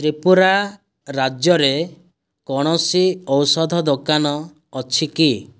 ତ୍ରିପୁରା ରାଜ୍ୟରେ କୌଣସି ଔଷଧ ଦୋକାନ ଅଛି କି